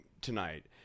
tonight